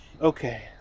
Okay